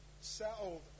settled